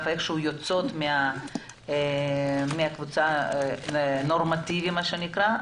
יוצאות מהקבוצה הנורמטיבית מה שנקרא.